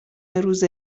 روز